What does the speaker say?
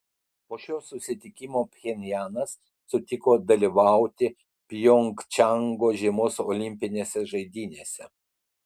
po šio susitikimo pchenjanas sutiko dalyvauti pjongčango žiemos olimpinėse žaidynėse